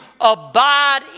abide